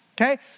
Okay